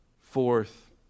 Fourth